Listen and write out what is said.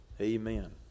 Amen